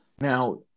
Now